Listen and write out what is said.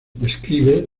describe